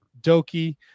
Doki